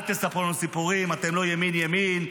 אל תספרו לנו סיפורים, אתם לא ימין ימין,